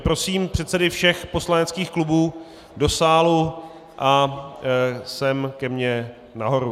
Prosím předsedy všech poslaneckých klubů do sálu a sem ke mně nahoru.